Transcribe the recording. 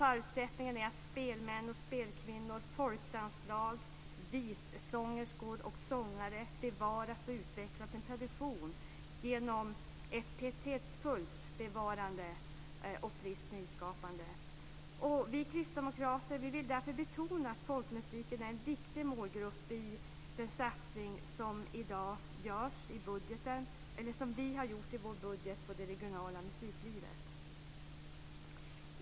Förutsättningen är att spelmän och spelkvinnor, folkdanslag, vissångerskor och sångare bevarat och utvecklat en tradition genom ett pietetsfullt bevarande och ett friskt nyskapande. Vi kristdemokrater vill därför betona att folkmusiken är en viktig målgrupp i den satsning som vi har gjort i vår budget på det regionala musiklivet.